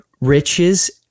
riches